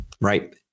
Right